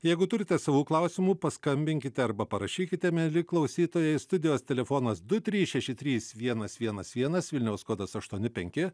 jeigu turite savų klausimų paskambinkite arba parašykite mieli klausytojai studijos telefonas du trys šeši trys vienas vienas vienas vilniaus kodas aštuoni penki